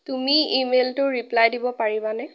তুমি ইমেইলটোৰ ৰিপ্লাই দিব পাৰিবানে